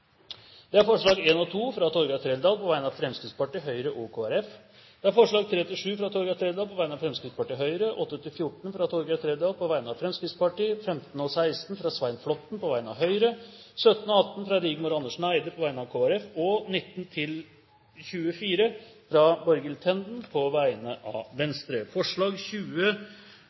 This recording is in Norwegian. alt 24 forslag. Det er forslagene nr. 1 og 2, fra Torgeir Trældal på vegne av Fremskrittspartiet, Høyre og Kristelig Folkeparti forslagene nr. 3–7, fra Torgeir Trældal på vegne av Fremskrittspartiet og Høyre forslagene nr. 8–14, fra Torgeir Trældal på vegne av Fremskrittspartiet forslagene nr. 15 og 16, fra Svein Flåtten på vegne av Høyre forslagene nr. 17 og 18, fra Rigmor Andersen Eide på vegne av Kristelig Folkeparti forslagene nr. 19–24, fra Borghild Tenden på vegne av Venstre